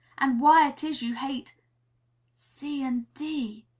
and why it is you hate c and d,